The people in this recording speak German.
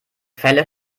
quelle